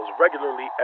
regularly